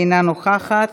אינה נוכחת,